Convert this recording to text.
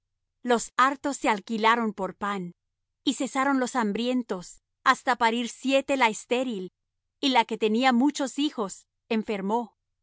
los hartos se alquilaron por pan y cesaron los hambrientos hasta parir siete la estéril y la que tenía muchos hijos enfermó